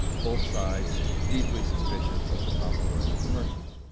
both sides deeply suspicious of the popular and the commercial.